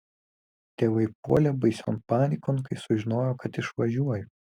tėvai puolė baision panikon kai sužinojo kad išvažiuoju